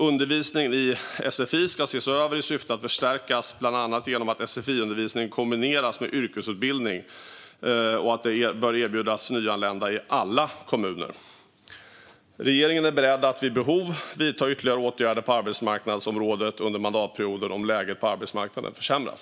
Undervisningen i sfi ska ses över i syfte att förstärkas, bland annat genom att sfi-undervisning kombinerat med yrkesutbildning bör erbjudas nyanlända i alla kommuner. Regeringen är beredd att vid behov vidta ytterligare åtgärder på arbetsmarknadsområdet under mandatperioden om läget på arbetsmarknaden försämras.